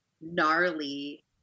gnarly